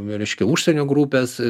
reiškia užsienio grupės